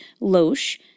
Loesch